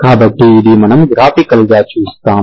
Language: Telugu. కాబట్టి ఇది మనము గ్రాఫికల్గా చూస్తాము